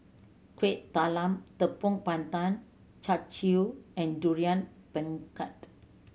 Kuih Talam Tepong Pandan Char Siu and Durian Pengat